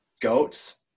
goats